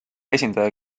esindaja